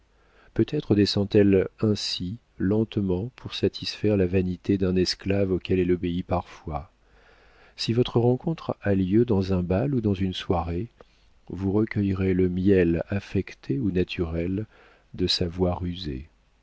peut-être descend elle ainsi lentement pour satisfaire la vanité d'un esclave auquel elle obéit parfois si votre rencontre a lieu dans un bal ou dans une soirée vous recueillerez le miel affecté ou naturel de sa voix rusée